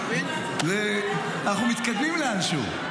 אנחנו מתקדמים לאנשהו.